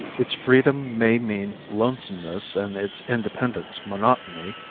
its freedom may mean lonesomeness and its independence monotony,